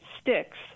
Sticks